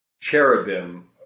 cherubim